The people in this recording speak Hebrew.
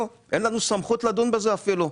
אין לנו את הסמכות לדון בכך אפילו,